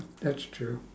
that's true